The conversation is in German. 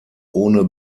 ohne